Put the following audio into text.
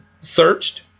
searched